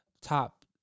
top